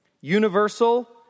universal